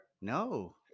no